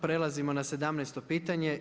Prelazimo na 17. pitanje.